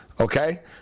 Okay